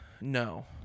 No